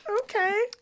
Okay